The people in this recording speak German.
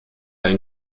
ein